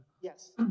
Yes